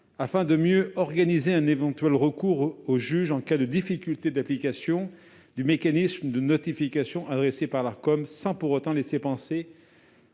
vise à mieux organiser un éventuel recours devant le juge en cas de difficulté d'application du mécanisme de notifications adressées par l'Arcom, sans pour autant laisser penser